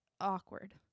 awkward